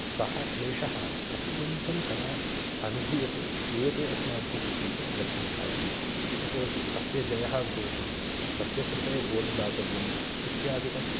सः क्लेशः अत्यन्तं कदा अनुभूयते श्रूयते अस्माभिः इत्युक्तौ एलेक्शन् काले यतो हि तस्य जयः भवतु तस्य कृते वोट् दातव्यम् इत्यादिकं